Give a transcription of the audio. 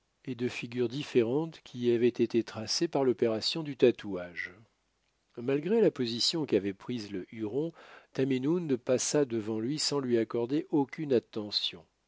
et de figures différentes qui y avaient été tracées par l'opération du tatouage malgré la position qu'avait prise le huron tamenund passa devant lui sans lui accorder aucune attention